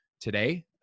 today